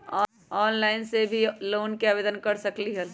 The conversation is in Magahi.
ऑनलाइन से भी लोन के आवेदन कर सकलीहल?